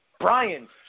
Brian